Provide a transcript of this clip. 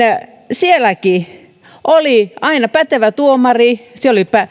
sielläkin oli aina pätevä tuomari siellä oli